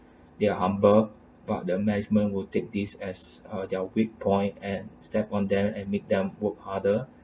they are humble but the management will take this as uh their weak point and step on them and make them work harder